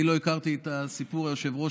היושב-ראש,